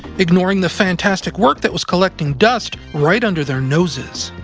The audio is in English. ignoring the fantastic work that was collecting dust right under their noses.